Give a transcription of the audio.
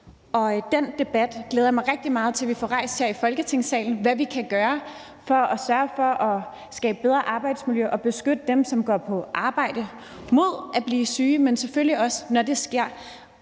men sker det, er det så vigtigt, at man får det anerkendt. Den debat om, hvad vi kan gøre for at skabe et bedre arbejdsmiljø og beskytte dem, som går på arbejde, mod at blive syge, men selvfølgelig også, når det sker,